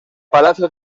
palacio